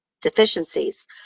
deficiencies